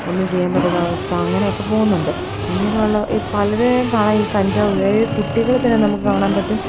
ഒന്നും ചെയ്യാൻ പറ്റാത്ത അവസ്ഥ അങ്ങനെയൊക്കെ പോകുന്നുണ്ട് ഇങ്ങനെയുള്ള ഈ പലരെയും കാണാൻ ഈ കഞ്ചാവ് അതായത് കുട്ടികളെത്തന്നെ നമുക്ക് കാണാൻ പറ്റും